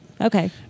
Okay